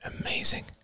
Amazing